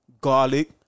garlic